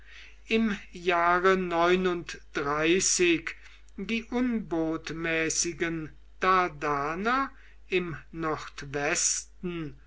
im jahre die unbotmäßigen dardaner im nordwesten